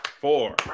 four